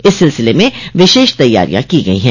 इस सिलसिले में विशेष तैयारियां की गई है